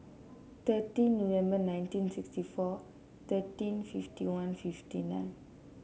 thirteen November nineteen sixty four thirteen fifty one fifty nine